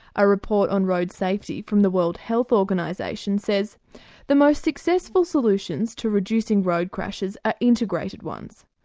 a report on road safety from the world health organisation says the most successful solutions to reducing road crashes are integrated ones,